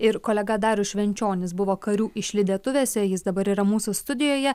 ir kolega darius švenčionis buvo karių išlydėtuvėse jis dabar yra mūsų studijoje